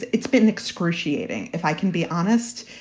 it's been excruciating. if i can be honest,